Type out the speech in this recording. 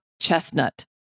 Chestnut